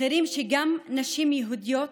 מחירים שגם נשים יהודיות,